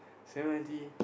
seven ninety